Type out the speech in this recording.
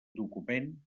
document